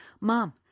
mom